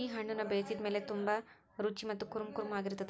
ಈ ಹಣ್ಣುನ ಬೇಯಿಸಿದ ಮೇಲ ತುಂಬಾ ರುಚಿ ಮತ್ತ ಕುರುಂಕುರುಂ ಆಗಿರತ್ತದ